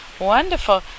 Wonderful